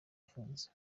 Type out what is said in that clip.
ifunze